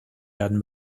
werden